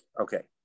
Okay